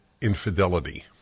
infidelity